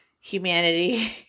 humanity